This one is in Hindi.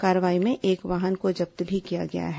कार्रवाई में एक वाहन को जब्त भी किया गया है